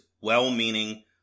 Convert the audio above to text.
well-meaning